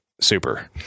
Super